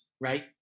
right